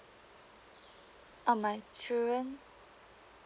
uh my children